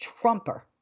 Trumper